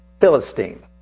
Philistine